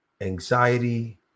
anxiety